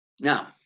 Now